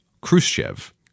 Khrushchev